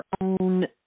own